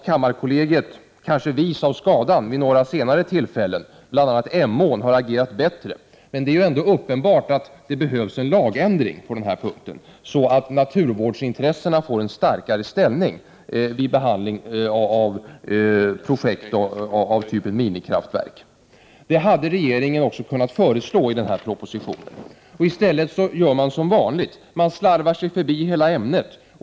Kammarkollegiet — kanske vis av skadan — har vid några senare tillfällen, bl.a. när det gäller Emån, agerat bättre. Det är ändå uppenbart att det behövs en lagändring på denna punkt, så att naturvårdsintressena får en starkare ställning vid behandlingen av projekt såsom minikraftverk. Det hade regeringen också kunnat föreslå i denna proposition. I stället gör man som vanligt, man slarvar sig förbi hela ämnet.